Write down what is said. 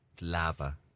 Lava